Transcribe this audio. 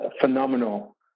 phenomenal